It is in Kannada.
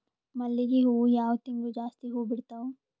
ಮಲ್ಲಿಗಿ ಹೂವು ಯಾವ ತಿಂಗಳು ಜಾಸ್ತಿ ಹೂವು ಬಿಡ್ತಾವು?